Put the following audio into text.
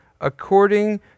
according